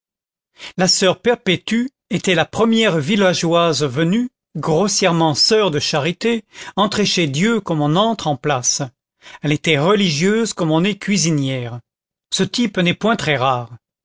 la soeur perpétue était la première villageoise venue grossièrement soeur de charité entrée chez dieu comme on entre en place elle était religieuse comme on est cuisinière ce type n'est point très rare